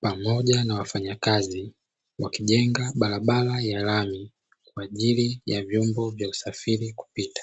pamoja na wafanyakazi wakijenga barabara ya lami, kwa ajili ya vyombo vya kusafiri kupita.